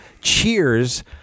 Cheers